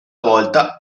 volta